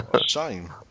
Shame